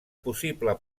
possible